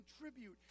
contribute